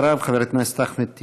ואחריו, חבר הכנסת אחמד טיבי.